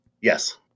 Yes